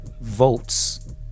votes